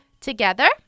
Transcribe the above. Together